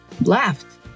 left